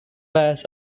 bass